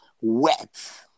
Wet